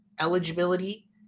eligibility